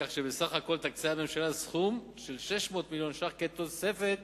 כך שבסך הכול תקצה הממשלה סכום של 600 מיליון ש"ח תוספת